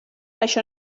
això